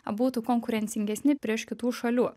būtų konkurencingesni prieš kitų šalių